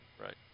Right